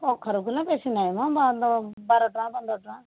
କଖାରୁ କିଲୋ ବେଶୀ ନାହିଁ ମ ବାରଟ ବାରଟଙ୍କା ପନ୍ଦରଟଙ୍କା